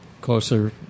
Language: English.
closer